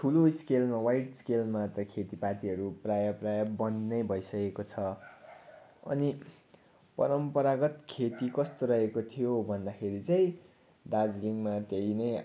ठुलो स्केलमा वाइड स्केलमा खेतीपातीहरू प्रायः प्रायः बन्द नै भइसकेको छ अनि परम्परागत खेती कस्तो रहेको थियो भन्दाखेरि चाहिँ दार्जिलिङमा त्यही नै